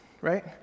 right